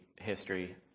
history